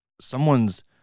someone's